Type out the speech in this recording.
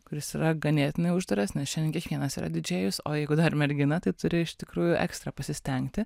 kuris yra ganėtinai uždaras nes čia ne kiekvienas yra didžėjus o jeigu dar mergina tai turi iš tikrųjų ekstra pasistengti